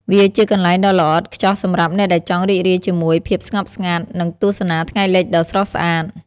វាជាកន្លែងដ៏ល្អឥតខ្ចោះសម្រាប់អ្នកដែលចង់រីករាយជាមួយភាពស្ងប់ស្ងាត់ និងទស្សនាថ្ងៃលិចដ៏ស្រស់ស្អាត។